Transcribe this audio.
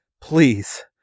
Please